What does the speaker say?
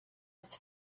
its